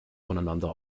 voneinander